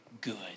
good